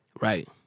Right